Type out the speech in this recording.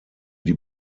die